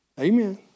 Amen